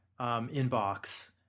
inbox